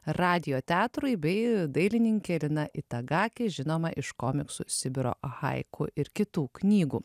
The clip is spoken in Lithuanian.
radijo teatrui bei dailininkė lina itagaki žinoma iš komiksų sibiro haiku ir kitų knygų